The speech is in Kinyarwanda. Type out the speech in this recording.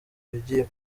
bigiye